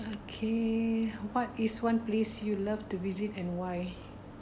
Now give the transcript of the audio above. okay what is one place you love to visit and why